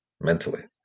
mentally